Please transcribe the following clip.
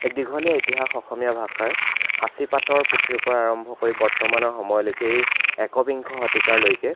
এক দীঘলীয়া ইতিহাস অসমীয়া ভাষাৰ সাঁচিপাতৰ পুথিৰ পৰা আৰম্ভ কৰি বৰ্তমানৰ সময়লৈকে এই একবিংশ শতিকাৰলৈকে